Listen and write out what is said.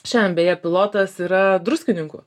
šiandien beje pilotas yra druskininkų